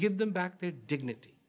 give them back their dignity